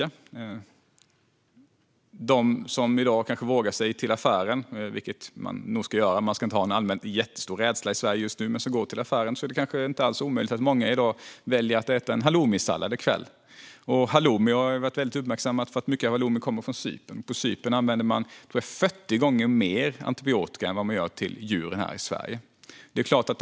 Av dem som i dag vågar sig till affären, vilket man nog ska göra - man ska inte ha en allmänt jättestor rädsla i Sverige just nu - är det inte alls omöjligt att många väljer att äta en halloumisallad i kväll. Halloumi har ju varit väldigt uppmärksammat, för mycket halloumi kommer från Cypern. På Cypern använder man 40 gånger mer antibiotika till djur än vad vi gör här i Sverige.